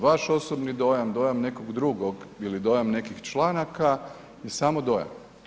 Vaš osobni dojam, dojam nekog drugog ili dojam nekih članaka je samo dojam.